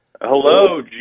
Hello